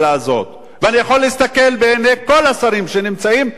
ואני יכול להסתכל בעיני כל השרים שנמצאים ולא נמצאים,